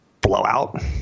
blowout